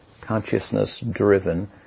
consciousness-driven